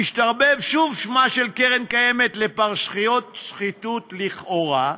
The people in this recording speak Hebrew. השתרבב שוב שמה של קרן קיימת לפרשיות שחיתות לכאורה,